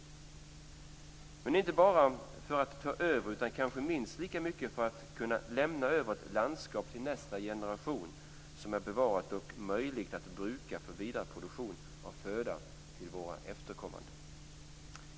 Men vi skall göra det inte bara för att ta över, utan kanske minst lika mycket för att kunna lämna över ett landskap till nästa generation som är bevarat och möjligt att bruka för vidare produktion av föda till våra efterkommande.